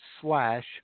slash